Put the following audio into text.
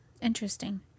Interesting